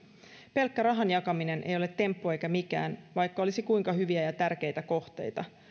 pelkkä rahan jakaminen ei ole temppu eikä mikään vaikka olisi kuinka hyviä ja tärkeitä kohteita